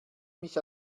mich